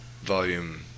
volume